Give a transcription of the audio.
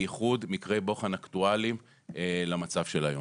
בייחוד, מקרה בוחן אקטואלי למצב של היום.